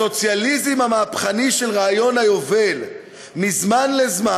עם הסוציאליזם המהפכני של רעיון היובל מזמן לזמן,